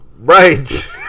Right